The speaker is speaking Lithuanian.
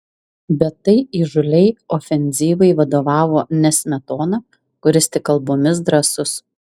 bet tai įžūliai ofenzyvai vadovavo ne smetona kuris tik kalbomis drąsus